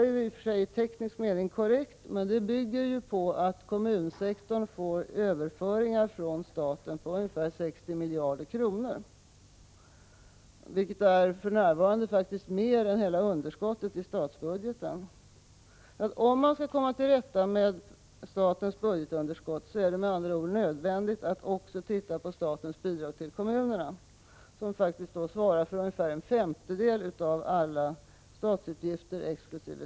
Det är i teknisk mening korrekt, men det bygger på att kommunsektorn får ca 60 miljarder kronor från staten i olika former av statsbidrag. Det är faktiskt mer än hela underskottet i statens budget detta år. För att komma till rätta med statens budgetunderskott är det med andra ord nödvändigt att också titta på statens bidrag till kommunerna, som faktiskt svarar för ungefär en femtedel av alla statsutgifter exkl.